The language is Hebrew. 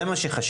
זה מה שחשוב.